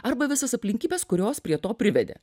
arba visas aplinkybes kurios prie to privedė